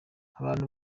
abantu